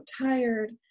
tired